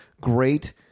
great